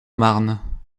marne